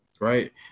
right